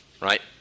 right